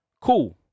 Cool